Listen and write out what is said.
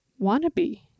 Wannabe